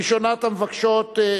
ראשונת המבקשות,